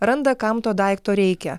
randa kam to daikto reikia